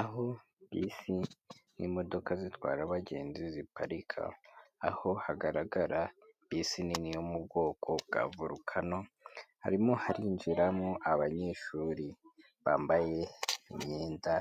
Aho bisi n'imodoka zitwara abagenzi ziparika, aho hagaragara bisi nini yo mu bwoko bwa Volcano, harimo harinjiramo abanyeshuri bambaye imyenda